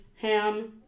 ham